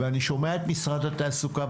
ואני שומע את משרד התעסוקה,